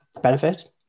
benefit